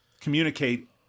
communicate